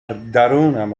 درونم